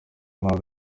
mpamvu